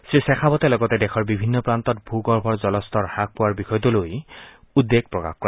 শ্ৰীশেখাৱতে লগতে দেশৰ বিভিন্ন প্ৰান্তত ভূগৰ্ভৰ জলস্তৰ হাস পোৱাৰ বিষয়টো লৈ উদ্বেগ প্ৰকাশ কৰে